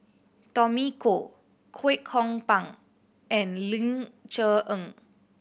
Tommy Koh Kwek Hong Png and Ling Cher Eng